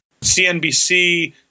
CNBC